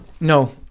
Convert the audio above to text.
No